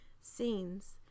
scenes